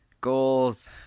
Goals